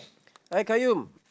hi qayyum